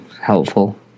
helpful